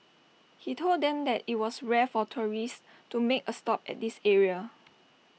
he told them that IT was rare for tourists to make A stop at this area